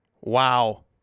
Wow